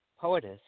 poetess